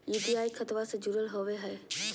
UPI खतबा से जुरल होवे हय?